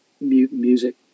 music